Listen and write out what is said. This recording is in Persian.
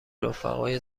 رفقای